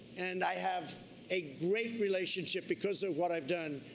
and i have a great relationship, because of what i've done,